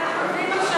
נא להעלות.